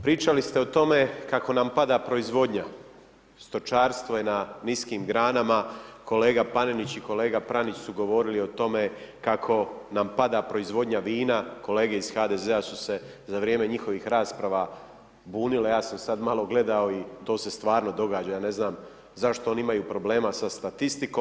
Pričali ste o tome kako nam pada proizvodnja, stočarstvo je na niskim granama, kolega Paneninć i kolega Pranić su govorili o tome kako nam pada proizvodnja vina, kolege iz HDZ-a su se za vrijeme njihovih rasprava bunile, ja sam sad malo gledao i to se stvarno događa ja ne znam zašto oni imaju problema sa statistikom.